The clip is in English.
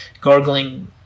gargling